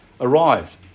arrived